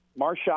Marshak